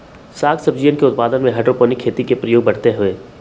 साग सब्जियन के उत्पादन में हाइड्रोपोनिक खेती के प्रयोग बढ़ते हई